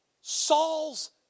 Saul's